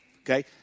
okay